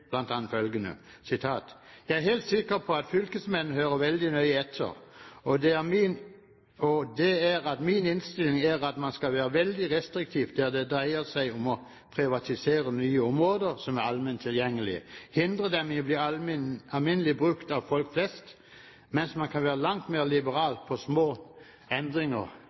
følgende: «Men la meg bare si det generelle, som jeg har sagt gjentatte ganger her – jeg er helt sikker på at fylkesmennene hører veldig nøye etter – og det er at min innstilling er at man skal være veldig restriktiv der det dreier seg om å privatisere nye områder som er allment tilgjengelige – hindre dem i å bli alminnelig brukt av folk flest – mens man kan være langt mer liberal på